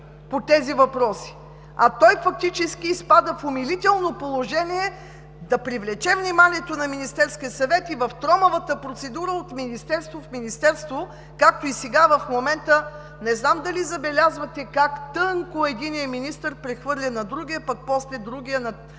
А той фактически изпада в умилително положение да привлече вниманието на Министерския съвет и в тромавата процедура от министерство в министерство, както и в момента не знам дали забелязвате как тънко единият министър прехвърли на другия, пък после другия на втория…